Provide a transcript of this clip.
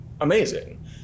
amazing